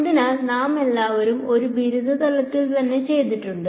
അതിനാൽ നാമെല്ലാവരും ഇത് ബിരുദതലത്തിൽ തന്നെ ചെയ്തിട്ടുണ്ട്